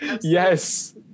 yes